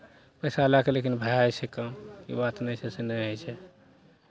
पैसा लए कऽ लेकिन भए जाइ छै काम ई बात नहि छै से नहि होइ छै